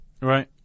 Right